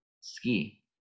ski